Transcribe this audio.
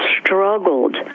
struggled